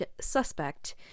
suspect